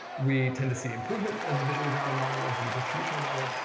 we tend to see improvement of the visually grounded model over the distributional model,